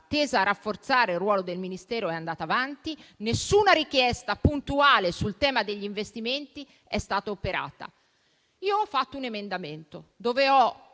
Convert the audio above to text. iniziativa tesa rafforzare il ruolo del Ministero è andata avanti, nessuna richiesta puntuale sul tema degli investimenti è stata operata. Ho presentato un emendamento, con